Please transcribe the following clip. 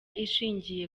ishingiye